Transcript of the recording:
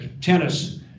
tennis